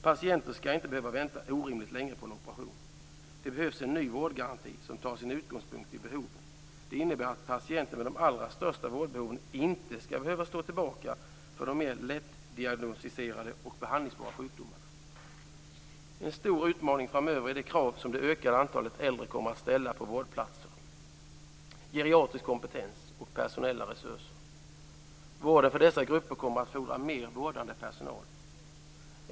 Patienter skall inte behöva vänta orimligt länge på en operation. Det behövs en ny vårdgaranti som tar sin utgångspunkt i behoven. Det innebär att patienterna med de allra största vårdbehoven inte skall behöva stå tillbaka för dem med lättdiagnostiserade och behandlingsbara sjukdomar. En stor utmaning framöver är det krav som det ökade antalet äldre kommer att ställa på vårdplatser, geriatrisk kompetens och personella resurser. Vården för dessa grupper kommer att fordra mer vårdande personal.